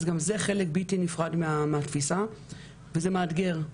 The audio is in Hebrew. אז גם זה חלק בלתי נפרד מהתפיסה וזה מאתגר.